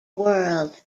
world